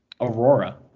Aurora